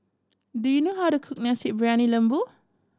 do you know how to cook Nasi Briyani Lembu